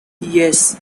yes